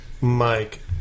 Mike